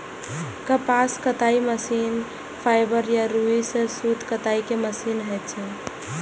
कपास कताइ machine fibre या रुइ सं सूत कताइ के मशीन होइ छै